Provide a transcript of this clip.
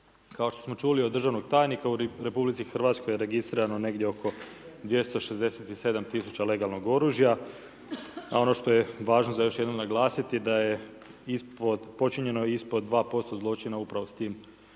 Kao što smo čuli od državnog tajnika u Republici Hrvatskoj je registrirano negdje oko 267 tisuća legalnog oružja, a ono što je važno za još jednom naglasiti da je ispod, počinjeno ispod 2% zločina upravo s tim legalnim